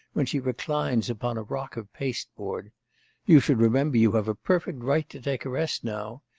when she reclines upon a rock of paste-board. you should remember you have a perfect right to take a rest now.